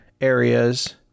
areas